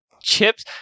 Chips